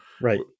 Right